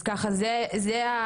אז ככה זה המרכז.